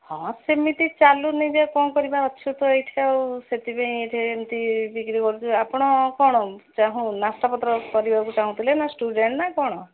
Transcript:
ହଁ ସେମିତି ଚାଲୁନି ଯେ କ'ଣ କରିବା ଅଛୁ ତ ଏଇଠି ଆଉ ସେଥିପାଇଁ ଏଠାରେ ଏମିତି ବିକ୍ରି କରୁଛୁ ଆପଣ କ'ଣ ଚାହୁଁ ନାସ୍ତା ପତ୍ର କରିବା ପାଇଁ ଚାହୁଁଥିଲେ ନା ଷ୍ଟୁଡେଣ୍ଟ୍ ନା କ'ଣ